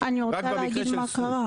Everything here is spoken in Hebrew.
אני רוצה להגיד מה קרה.